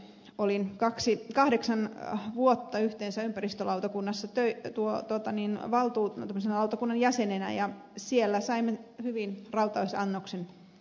olin yhteensä kahdeksan vuotta ympäristölautakunnassa teitä tuhota tai niin valtuutettunsa autokunnan jäsenenä ja siellä saimme rautaisannoksen itämeren tilasta